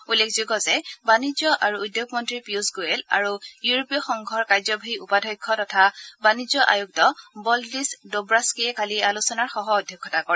উল্লেখযোগ্য যে বাণিজ্য আৰু উদ্যোগ মন্তী পীয়ুশ গোয়েল আৰু ইউৰোপীয় সংঘৰ কাৰ্যবাহী উপাধ্যক্ষ তথা বাণিজ্য আয়ুক্ত বল্ডিছ ডোঁৱোছকিয়ে কালি এই আলোচনাৰ সহ অধ্যক্ষতা কৰে